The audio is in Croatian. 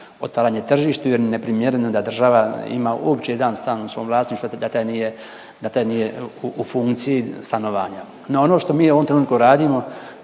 otvaranje tržištu jer neprimjereno je da država ima uopće jedan stan u svom vlasništvu da taj nije u funkciji stanovanja. No ono što mi u ovom trenutku radimo